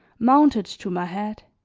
mounted to my head.